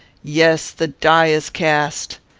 yes, the die is cast.